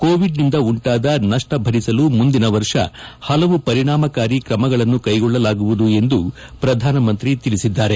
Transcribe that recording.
ಕೋವಿಡ್ನಿಂದ ಉಂಟಾದ ನಪ್ಪ ಭರಿಸಲು ಮುಂದಿನ ವರ್ಷ ಹಲವು ಪರಿಣಾಮಕಾರಿ ಕ್ರಮಗಳನ್ನು ಕೈಗೊಳ್ಳಲಾಗುವುದು ಎಂದು ಪ್ರಧಾನಮಂತ್ರಿ ತಿಳಿಸಿದ್ದಾರೆ